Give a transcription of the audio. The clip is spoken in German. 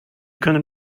können